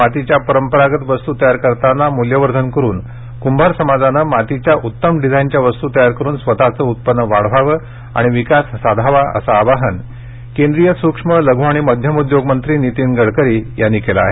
मातीच्या परंपरागत वस्तू तयार करताना मूल्यवर्धन करून कुंभार समाजाने मातीच्या उत्तम डिझाईनच्या वस्तू तयार करून स्वतचं उत्पन्न वाढवावं आणि विकास साधावा असं आवाहन केंद्रीय सूक्ष्मलघु आणि मध्यम उद्योगमंत्री नितीन गडकरी यांनी केलं आहे